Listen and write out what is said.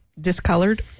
discolored